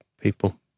people